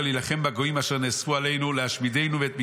להילחם בגויים אשר נאספו עלינו להשמידנו ואת מקדשנו.